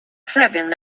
seven